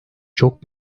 çok